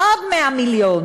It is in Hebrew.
עוד 100 מיליון.